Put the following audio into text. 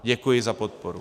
Děkuji za podporu.